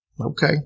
Okay